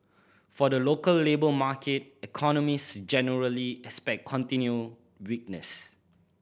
for the local labour market economists generally expect continued weakness